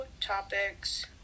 topics